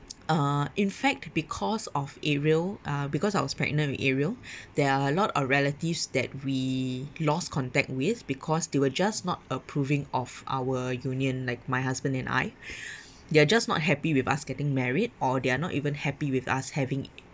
uh in fact because of ariel uh because I was pregnant with ariel there are a lot of relatives that we lost contact with because they were just not approving of our union like my husband and I they're just not happy with us getting married or they're not even happy with us having